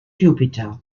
jupiter